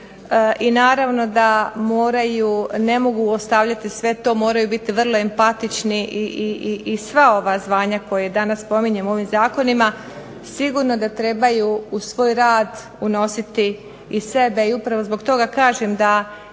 i naravno da moraju, ne mogu ostavljati sve to, moraju biti vrlo empatični i sva ova zvanja koje danas spominjem u ovim zakonima sigurno da trebaju u svoj rad unositi i sebe, i upravo zbog toga kažem da